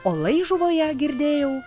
o laižuvoje girdėjau